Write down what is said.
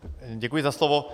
Děkuji za slovo.